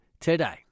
today